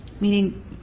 Meaning